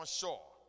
shore